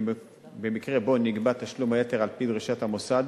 במקרה שנגבה תשלום יתר על-פי דרישת המוסד,